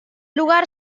lugar